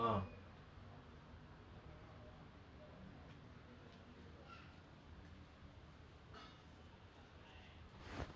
they வந்து:vanthu they had interest in him so அவங்க வந்து அவன கூப்டு இதலா அதலா பண்ணி:avanga vanthu avana koopdu ithalaa athalaa panni um they were interested in him